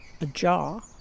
ajar